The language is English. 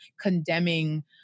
condemning